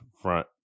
front